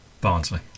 Barnsley